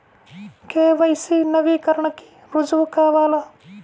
KYC నవీకరణకి రుజువు కావాలా?